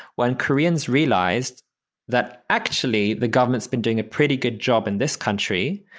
when koreans realized that actually the government's been doing a pretty good job in this country,